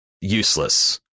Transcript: useless